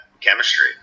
chemistry